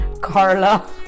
Carla